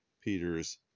peter's